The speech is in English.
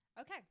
Okay